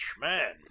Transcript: man